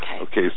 Okay